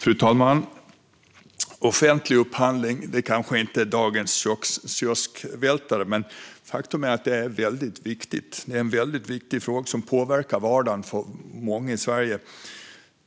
Fru talman! Offentlig upphandling är kanske inte dagens kioskvältare. Men faktum är att det är en väldigt viktig fråga som påverkar vardagen för många i Sverige.